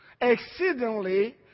exceedingly